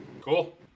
Cool